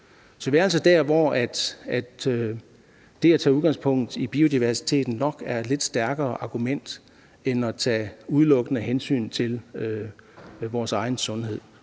Så vi er altså der, hvor det at tage udgangspunkt i biodiversiteten nok er et lidt stærkere argument end argumentet for at tage udelukkende hensyn til vores egen sundhed.